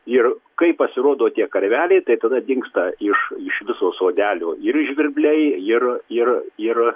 ir kai pasirodo tie karveliai tai tada dingsta iš iš viso sodelio ir žvirbliai ir ir ir